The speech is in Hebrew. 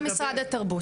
משרד התרבות.